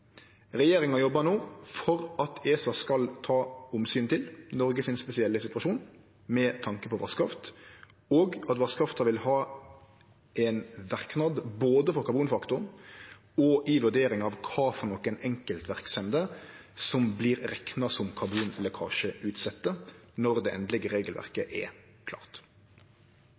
Regjeringa jobbar no for at ESA skal ta omsyn til Noregs spesielle situasjon med tanke på vasskraft, og at vasskrafta vil ha ein verknad både for karbonfaktoren og i vurderinga av kva for enkeltverksemder som vert rekna som karbonlekkasjeutsette når det endelege regelverket er klart.